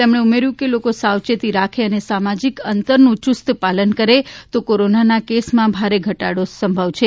તેમણે ઉમેર્યું હતું કે લોકો સાવચેતી રાખે અને સામાજિક અંતરનું યુસ્ત પાલન કરે તો કોરોનાના કેસમાં ભારે ઘટાડો સંભવ છે